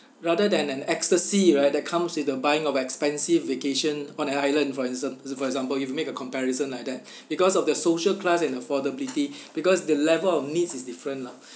rather than an ecstasy right that comes with the buying of expensive vacation on an island for instance for example if you make a comparison like that because of the social class and affordability because the level of needs is different lah